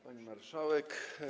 Pani Marszałek!